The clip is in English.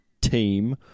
team